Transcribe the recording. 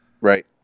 Right